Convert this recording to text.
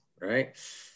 Right